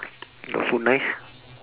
your feel nice